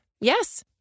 Yes